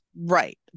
right